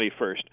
21st